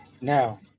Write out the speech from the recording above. Now